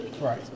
Right